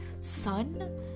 sun